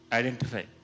identify